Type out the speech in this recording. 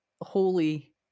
holy